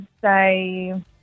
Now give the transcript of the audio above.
say